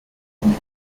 dem